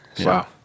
Wow